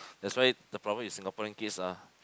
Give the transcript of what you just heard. that's why the problem with Singaporean kids uh